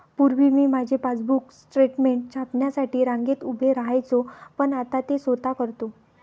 पूर्वी मी माझे पासबुक स्टेटमेंट छापण्यासाठी रांगेत उभे राहायचो पण आता ते स्वतः करतो